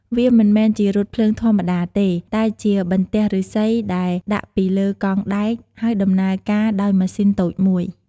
វាមិនមែនជារថភ្លើងធម្មតាទេ តែជាបន្ទះឫស្សីដែលដាក់ពីលើកង់ដែក ហើយដំណើរការដោយម៉ាស៊ីនតូចមួយ។